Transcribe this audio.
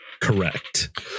correct